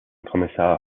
kommissar